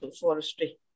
Forestry